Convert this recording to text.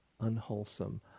unwholesome